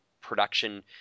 production